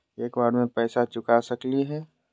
एक बार में पैसा चुका सकालिए है?